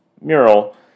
mural